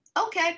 Okay